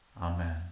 Amen